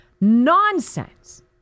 nonsense